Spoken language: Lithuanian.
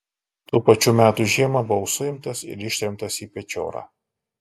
tų pačių metų žiemą buvau suimtas ir ištremtas į pečiorą